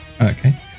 Okay